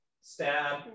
stab